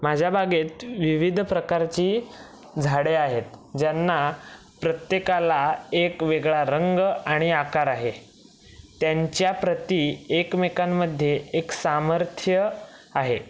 माझ्या बागेत विविध प्रकारची झाडे आहेत ज्यांना प्रत्येकाला एक वेगळा रंग आणि आकार आहे त्यांच्या प्रती एकमेकांमध्ये एक सामर्थ्य आहे